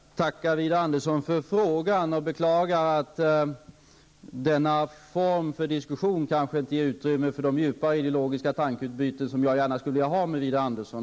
Herr talman! Jag tackar Widar Andersson för frågan, men jag beklagar att denna form för diskussion inte ger utrymmme för de djupare ideologiska tankeutbyten som jag gärna skulle vilja ha med Widar Andersson.